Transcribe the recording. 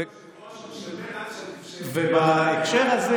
--- ובהקשר הזה